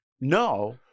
no